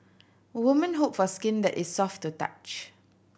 women hope for skin that is soft to touch